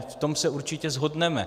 V tom se určitě shodneme.